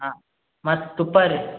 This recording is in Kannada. ಹಾಂ ಮತ್ತು ತುಪ್ಪ ರೀ